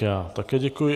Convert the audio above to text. Já také děkuji.